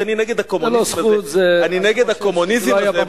כי אני נגד הקומוניזם הזה.